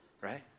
right